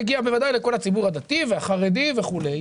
מגיע לכל הציבור הדתי והחרדי וכולי.